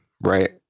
right